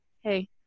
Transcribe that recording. hey